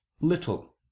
little